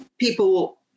People